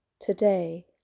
today